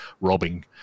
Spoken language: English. robbing